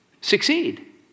succeed